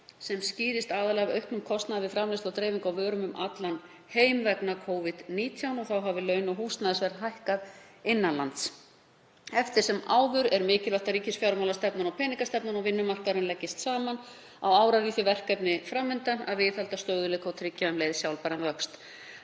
sem skýrist aðallega af auknum kostnaði við framleiðslu og dreifingu á vörum um allan heim vegna Covid-19. Þá hafi laun og húsnæðisverð hækkað innan lands. Eftir sem áður er mikilvægt að ríkisfjármálastefnan og peningastefnan og vinnumarkaðurinn leggist saman á árar í því verkefni fram undan að viðhalda stöðugleika og tryggja um leið sjálfbæran vöxt.